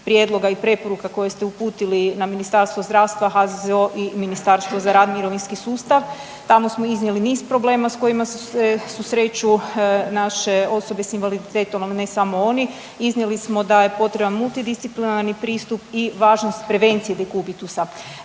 prijedloga i preporuka koje ste uputili na Ministarstvo zdravstva, HZZO i Ministarstvo za rad i mirovinski sustav. Tamo smo iznijeli niz problema s kojima se susreću naše osobe s invaliditetom, al ne samo oni, iznijeli smo da je potreban multidisciplinarni pristup i važnost prevencije dekubitusa.